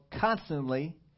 constantly